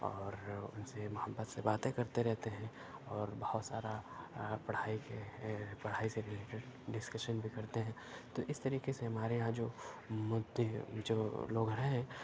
اور ان سے محبت سے باتیں کرتے رہتے ہیں اور بہت سارا پڑھائی کے پڑھائی سے رلیٹیڈ ڈسکشن بھی کرتے ہیں تو اس طریقے سے ہمارے یہاں جو مدعے جو لوگ ہیں وہ